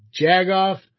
jagoff